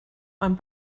amb